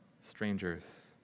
strangers